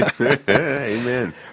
Amen